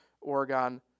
Oregon